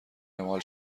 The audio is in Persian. اعمال